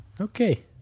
Okay